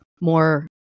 more